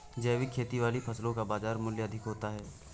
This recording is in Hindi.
जैविक खेती वाली फसलों का बाज़ार मूल्य अधिक होता है